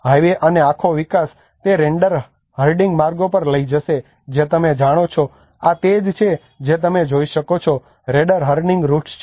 highway અને આખો વિકાસ તે રેંડર હર્ડીંગ માર્ગો પર લઈ જશે જે તમે જાણો છો આ તે છે જે તમે જોઈ શકો છો રેંડર હર્ડીંગ રૂટ્સ છે